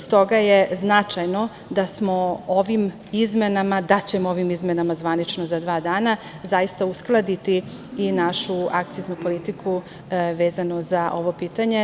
S toga je značajno da smo ovim izmenama, da ćemo ovim izmenama zvanično, za dva dana, zaista uskladiti i našu akciznu politiku vezanu za ovo pitanje.